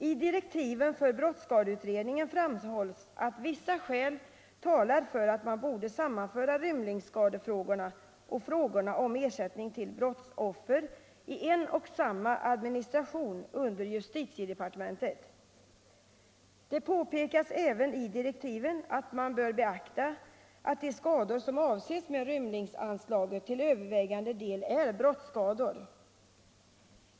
I direktiven för brottsskadeutredningen framhålls att vissa skäl talar för att man.borde sammanföra rymlingsskadefrågorna och frågorna om ersättning till brottsoffer i en och samma administration under justitiedepartementet. Det påpekas även i direktiven att man bör beakta att de skador som avses med rymlingsanslaget till övervägande del är brottsskador.